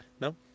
No